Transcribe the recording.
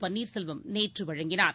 பன்னீர்செல்வம் நேற்று வழங்கினார்